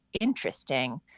interesting